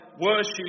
worship